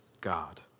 God